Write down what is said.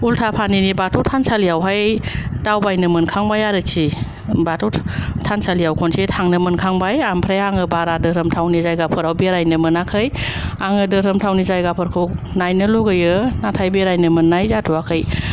उल्था फानिनि बाथौ थानसालियावहाय दावबायनो मोनखांबाय आरोखि बाथौ थानसालियाव खनसे थांनो मोनखांबाय ओमफ्राइ आङो बारा धोरोम जायगाफ्राव बेरायनो मोनाखै आङो धोरोमथावनि जायगाफोरखौ नायनो लुगोयो बेरायनो मोननाय जाथ'वाखै